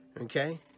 okay